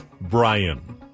Brian